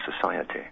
society